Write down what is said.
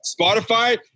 Spotify